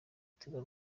tigo